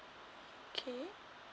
okay